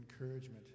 encouragement